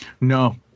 No